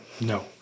No